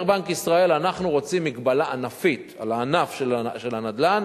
אומר בנק ישראל: אנחנו רוצים מגבלה ענפית על הענף של הנדל"ן,